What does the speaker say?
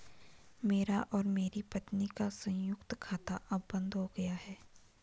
मेरा और मेरी पत्नी का संयुक्त खाता अब बंद हो गया है